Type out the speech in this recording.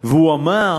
והוא אמר